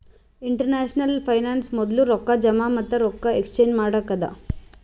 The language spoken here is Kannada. ಇಂಟರ್ನ್ಯಾಷನಲ್ ಫೈನಾನ್ಸ್ ಮೊದ್ಲು ರೊಕ್ಕಾ ಜಮಾ ಮತ್ತ ರೊಕ್ಕಾ ಎಕ್ಸ್ಚೇಂಜ್ ಮಾಡಕ್ಕ ಅದಾ